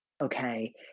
Okay